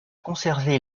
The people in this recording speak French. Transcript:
conservé